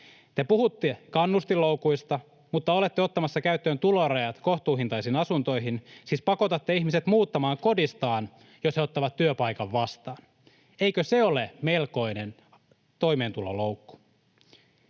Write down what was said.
Te puhutte kannustinloukuista mutta olette ottamassa käyttöön tulorajat kohtuuhintaisiin asuntoihin — siis pakotatte ihmiset muuttamaan kodistaan, jos he ottavat työpaikan vastaan. Eikö se ole melkoinen toimeentuloloukku?